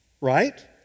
right